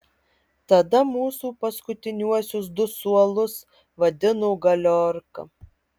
tada mūsų paskutiniuosius du suolus vadino galiorka